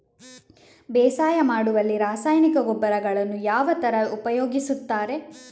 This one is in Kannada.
ಬೇಸಾಯ ಮಾಡುವಲ್ಲಿ ರಾಸಾಯನಿಕ ಗೊಬ್ಬರಗಳನ್ನು ಯಾವ ತರ ಉಪಯೋಗಿಸುತ್ತಾರೆ?